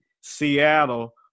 Seattle